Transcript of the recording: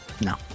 No